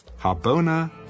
Harbona